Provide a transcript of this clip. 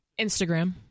Instagram